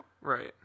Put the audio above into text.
Right